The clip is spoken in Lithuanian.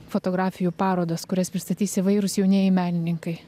fotografijų parodos kurias pristatys įvairūs jaunieji menininkai